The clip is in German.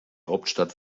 hauptstadt